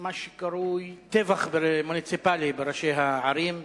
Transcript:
מה שקרוי "טבח מוניציפלי" בראשי הערים,